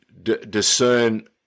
discern